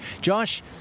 josh